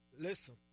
listen